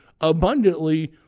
abundantly